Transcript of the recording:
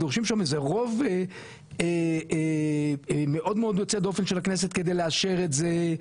דורשים שם איזה רוב מאוד מאוד יוצא דופן של הכנסת כדי לאשר את זה,